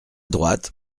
droite